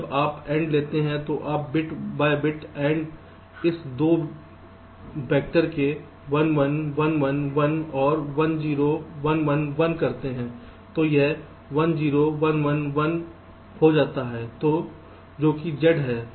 अब जब आप AND लेते हैं और आप बिट बाय बिट AND इस 2 वैक्टर के 1 1 1 1 1 और 1 0 1 11 करते हैं तो यह 1 0 1 1 1 हो जाता है जो कि Z है